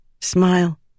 Smile